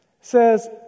says